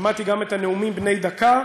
שמעתי גם את הנאומים בני דקה,